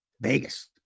Vegas